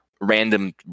random